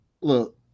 look